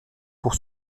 pour